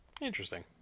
Interesting